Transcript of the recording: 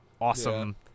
awesome